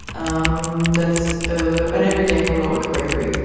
um that's ah an everyday heroic bravery.